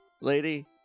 Lady